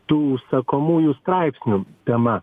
tų užsakomųjų straipsnių tema